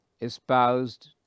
espoused